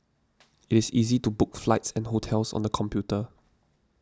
it is easy to book flights and hotels on the computer